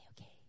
okay